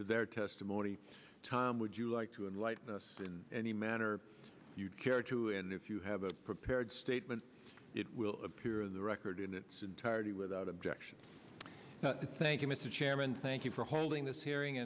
to their testimony tom would you like to enlighten us in any manner you care to and if you have a prepared statement it will appear in the record in its entirety without objection thank you mr chairman thank you for holding this hearing